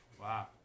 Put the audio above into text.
Wow